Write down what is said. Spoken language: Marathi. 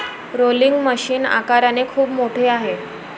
रोलिंग मशीन आकाराने खूप मोठे आहे